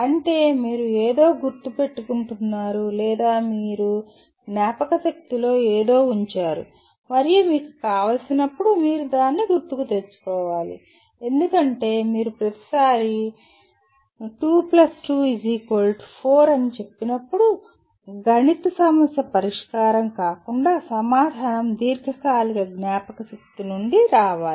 అంటే మీరు ఏదో గుర్తుపెట్టుకున్నారు లేదా మీరు జ్ఞాపకశక్తిలో ఏదో ఉంచారు మరియు మీకు కావలసినప్పుడు మీరు దానిని గుర్తుకు తెచ్చుకోవాలి ఎందుకంటే మీరు ప్రతిసారీ 2 2 4 అని చెప్పినప్పుడు గణిత సమస్య పరిష్కారం కాకుండా సమాధానం దీర్ఘకాలిక జ్ఞాపకశక్తి నుండి రావాలి